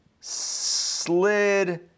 slid